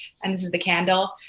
and this is the candle.